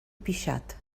pixat